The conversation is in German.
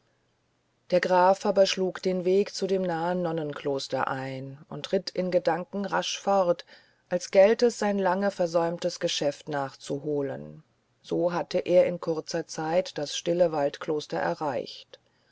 der graf aber schlug den weg zu dem nahen nonnenkloster ein und ritt in gedanken rasch fort als gält es ein lange versäumtes geschäft nachzuholen so hatte er in kurzer zeit das stille waldkloster erreicht